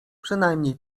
przynajmniej